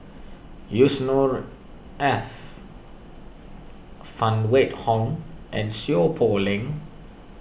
Yusnor Ef Phan Wait Hong and Seow Poh Leng